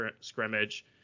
scrimmage